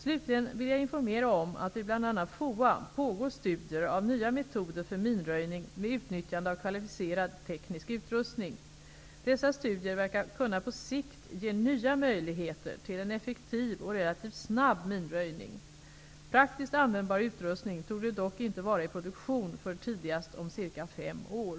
Slutligen vill jag informera om att det vid bl.a. FOA pågår studier av nya metoder för minröjning med utnyttjande av kvalificerad teknisk utrustning. Dessa studier verkar kunna på sikt ge nya möjligheter till en effektiv och relativt snabb minröjning. Praktiskt användbar utrustning torde dock inte vara i produktion förrän tidigast om cirka fem år.